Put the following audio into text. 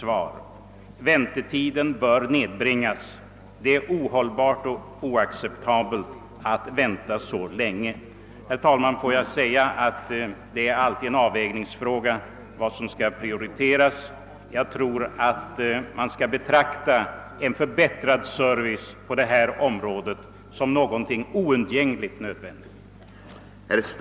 Väntetiden bör nedbringas. Det är ohållbart och oacceptabelt att tvingas vänta så länge. Herr talman! Vad som skall prioriteras är alltid en avvägningsfråga. Man bör enligt min mening betrakta en förbättrad service på detta område som någonting oundgängligen nödvändigt.